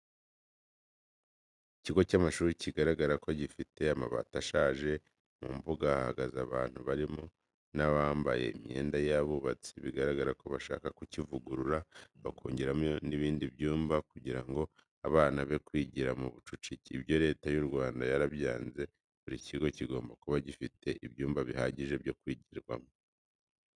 Ikigo cy'amashuri kigaragara ko gifite amabati ashaje, mu mbuga hahagaze abantu barimo n'abambaye imyenda y'abubatsi bigaragara ko bashaka kukivugurura bakongeraho n'ibindi byumba kugira ngo abana be kwigira mu bucucike. Ibyo Leta y'u Rwanda yarabyanze buri kigo kigomba kuba gifite ibyumba bihagije byo kwigiramo.